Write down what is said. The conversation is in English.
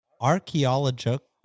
Archaeological